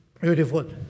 beautiful